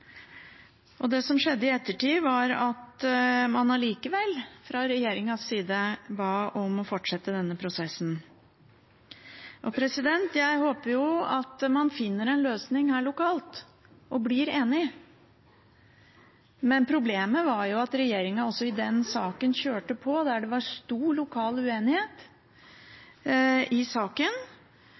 Det som skjedde i ettertid, var at man allikevel fra regjeringens side ba om å fortsette denne prosessen. Jeg håper at man her finner en løsning lokalt og blir enig. Men problemet var at regjeringen også i den saken kjørte på, der det var stor lokal uenighet i saken,